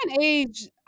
age